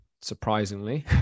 surprisingly